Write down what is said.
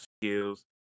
skills